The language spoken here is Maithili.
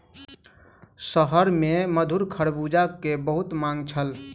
शहर में मधुर खरबूजा के बहुत मांग छल